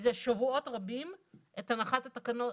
מזה שבועות רבים את הנחת התקנות.